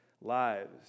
lives